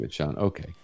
Okay